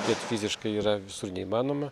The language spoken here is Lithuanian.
tiek fiziškai yra visur neįmanoma